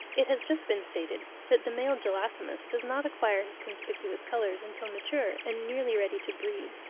it has just been stated that the male gelasimus does not acquire his conspicuous colours until mature and nearly ready to breed.